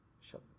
Shut